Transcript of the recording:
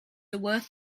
worth